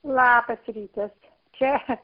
labas rytas čia